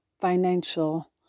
financial